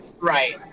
right